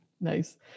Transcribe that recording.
Nice